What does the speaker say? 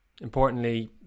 Importantly